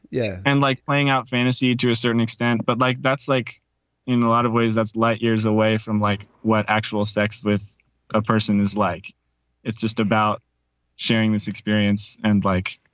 yeah. and like playing out fantasy to a certain extent. but like that's like in a lot of ways that's light years away from like what actual sex with a person is like it's just about sharing this experience. and like.